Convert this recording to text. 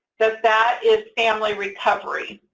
that that is family recovery.